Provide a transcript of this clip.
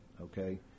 okay